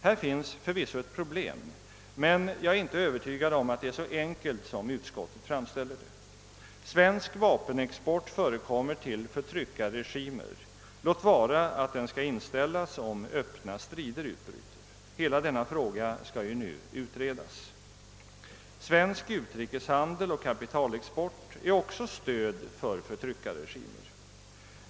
Här finns för visso ett problem, men jag är inte övertygad om att det är så enkelt som utskottet framställer det. Svensk vapenexport förekommer till förtryckarregimer, låt vara att den skall inställas om öppna strider utbryter. Hela denna fråga skall ju nu utredas. Svensk utrikeshandel och kapitalexport är också stöd för förtryckarregimer.